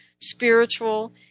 spiritual